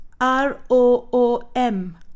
r-o-o-m